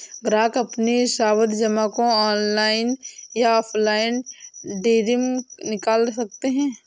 ग्राहक अपनी सावधि जमा को ऑनलाइन या ऑफलाइन रिडीम निकाल सकते है